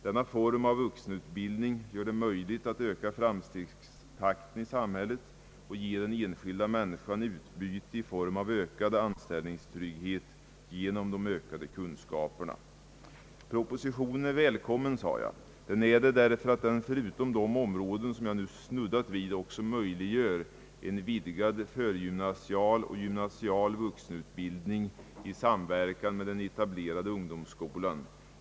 Denna form av vuxenutbildning gör det möjligt att öka framstegstakten i samhället och ge den enskilda människan utbyte i form av ökad anställningstrygghet genom ökade kunskaper. Propositionen är välkommen, sade jag, därigenom att den — förutom de områden jag nyss snuddade vid — också möjliggör en vidgad förgymnasial och gymnasial vuxenutbildning i samverkan med den etablerade ungdomsskolan.